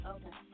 Okay